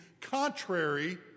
contrary